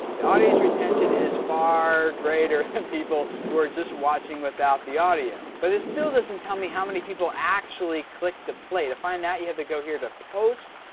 the audience retention is far greater than people who are just watching without the audio. but this still doesn't tell me how many people actually clicked to play. to find that, you have to go here to post,